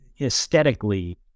aesthetically